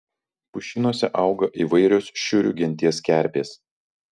pušynuose auga įvairios šiurių genties kerpės